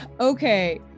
Okay